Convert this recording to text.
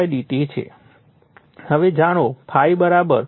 હવે જાણો ∅ ∅max sin ωt છે